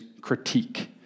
critique